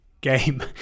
game